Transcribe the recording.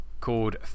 Called